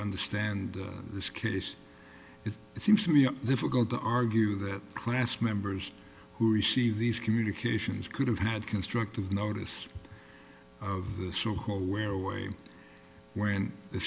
understand this case it seems to be difficult to argue that class members who receive these communications could have had constructive notice of the so called where way when the